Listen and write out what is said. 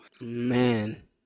Man